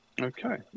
Okay